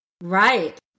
Right